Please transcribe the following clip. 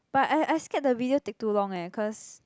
but I I I scared the video take too long leh cause